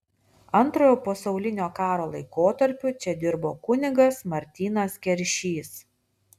antrojo pasaulinio karo laikotarpiu čia dirbo kunigas martynas keršys